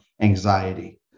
anxiety